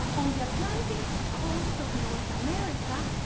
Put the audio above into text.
on the atlantic coast of north america,